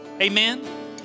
Amen